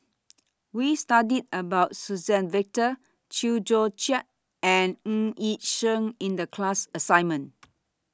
We studied about Suzann Victor Chew Joo Chiat and Ng Yi Sheng in The class assignment